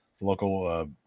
local